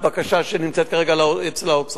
בקשה שנמצאת כרגע אצל האוצר.